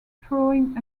throwing